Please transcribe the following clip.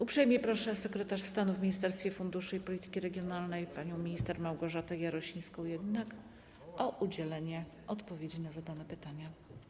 Uprzejmie proszę sekretarz stanu w Ministerstwie Funduszy i Polityki Regionalnej panią minister Małgorzatę Jarosińską-Jedynak o udzielenie odpowiedzi na zadane pytania.